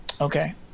Okay